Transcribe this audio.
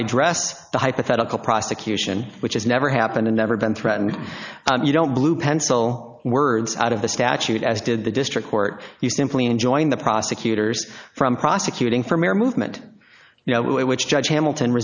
i dress the hypothetical prosecution which has never happened and never been threatened you don't blue pencil words out of the statute as did the district court you simply enjoying the prosecutors from prosecuting from your movement you know which judge hamilton